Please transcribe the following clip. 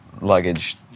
luggage